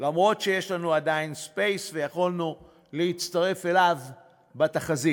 אף שיש לנו עדיין space ויכולנו להצטרף אליו בתחזית.